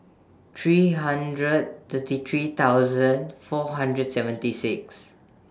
three hundred thirty three thousand four hundred seventy six